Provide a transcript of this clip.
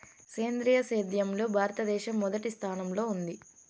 సేంద్రీయ సేద్యంలో భారతదేశం మొదటి స్థానంలో ఉంది